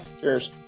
Cheers